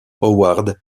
howard